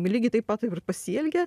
lygiai taip pat jau ir pasielgė